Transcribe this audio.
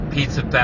Pizza